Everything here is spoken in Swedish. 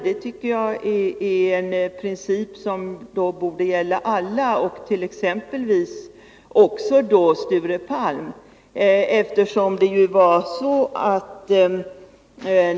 Det är en princip som borde gälla alla, exempelvis också Sture Palm.